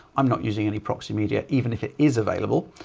i'm not using any proxy media, even if it is available.